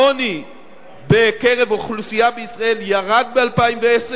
העוני בקרב אוכלוסייה בישראל ירד ב-2010,